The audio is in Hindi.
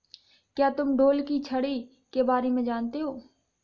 क्या तुम ढोल की छड़ी के बारे में जानते हो?